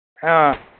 ꯑꯥ